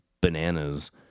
bananas